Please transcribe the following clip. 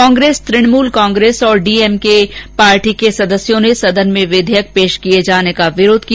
कांग्रेस तृणमूल कांग्रेस और DMK party के सदस्यों ने सदन में विधेयक पेश किये जाने का विरोध किया